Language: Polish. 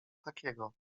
takiego